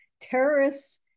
terrorists